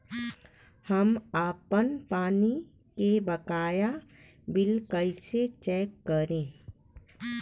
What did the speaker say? हम आपन पानी के बकाया बिल कईसे चेक करी?